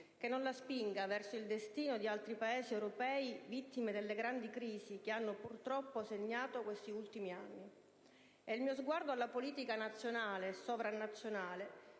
che non la spinga verso il destino di altri Paesi europei, vittime delle grandi crisi che hanno purtroppo segnato questi ultimi anni. E il mio sguardo alla politica nazionale e sovranazionale